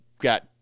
got